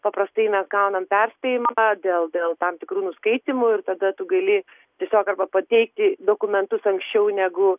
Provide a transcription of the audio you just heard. paprastai mes gaunam perspėjimą dėl dėl tam tikrų nuskaitymų ir tada tu gali tiesiog arba pateikti dokumentus anksčiau negu